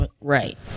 Right